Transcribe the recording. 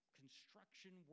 construction